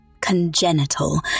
congenital